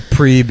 Pre